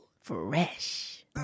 Fresh